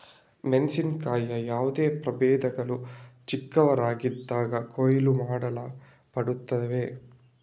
ಮೆಣಸಿನಕಾಯಿಯ ಯಾವುದೇ ಪ್ರಭೇದಗಳು ಚಿಕ್ಕವರಾಗಿದ್ದಾಗ ಕೊಯ್ಲು ಮಾಡಲ್ಪಡುತ್ತವೆ